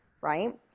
right